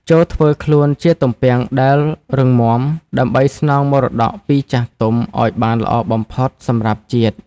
ចូរធ្វើខ្លួនជាទំពាំងដែលរឹងមាំ ដើម្បីស្នងមរតកពីចាស់ទុំឱ្យបានល្អបំផុតសម្រាប់ជាតិ។